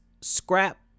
scrap